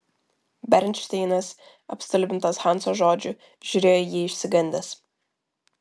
bernšteinas apstulbintas hanso žodžių žiūrėjo į jį išsigandęs